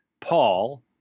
Paul